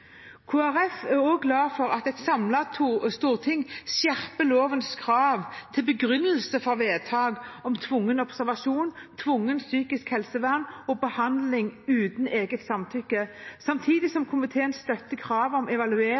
er også glad for at et samlet storting skjerper lovens krav til begrunnelse for vedtak om tvungen observasjon, tvungent psykisk helsevern og behandling uten eget samtykke, samtidig som komiteen støtter kravet om evaluering